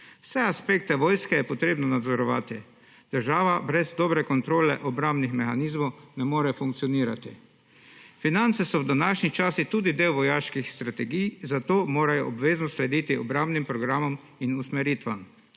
Vse aspekte vojske je potrebno nadzorovati. Država brez dobre kontrole obrambnih mehanizmov ne more funkcionirati. Finance so v današnjih časih tudi del vojaških strategij, zato morajo obvezno slediti obrambnim programom in usmeritvam.